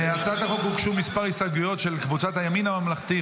להצעת החוק הוגשו כמה הסתייגויות של קבוצת הימין הממלכתי,